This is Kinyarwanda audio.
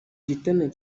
giterane